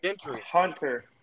Hunter